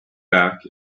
back